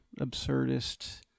absurdist